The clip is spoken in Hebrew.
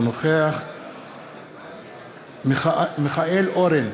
אינו נוכח מיכאל אורן,